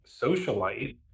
socialite